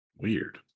Weird